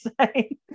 say